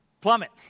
Plummet